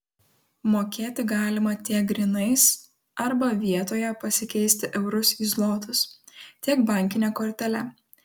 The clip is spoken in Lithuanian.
mokėti galima tiek grynais arba vietoje pasikeisti eurus į zlotus tiek bankine kortele